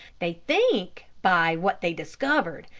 they think by what they discovered,